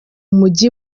mujyi